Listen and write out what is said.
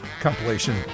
compilation